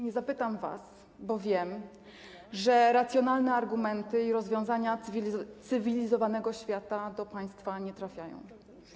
Nie zapytam was, bo wiem, że racjonalne argumenty i rozwiązania cywilizowanego świata do państwa nie trafiają.